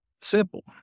simple